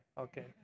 Okay